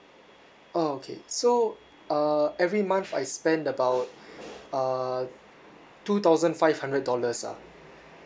orh okay so uh every month I spend about uh two thousand five hundred dollars ah